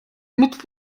mit